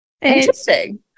Interesting